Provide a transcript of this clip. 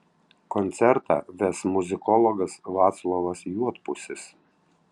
koncertą ves muzikologas vaclovas juodpusis